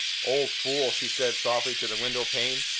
old fool! she said softly to the window-pane.